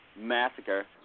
massacre